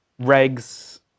regs